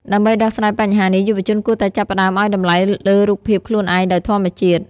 ដើម្បីដោះស្រាយបញ្ហានេះ យុវជនគួរតែចាប់ផ្ដើមឱ្យតម្លៃលើរូបភាពខ្លួនឯងដោយធម្មជាតិ។